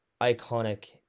iconic